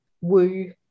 woo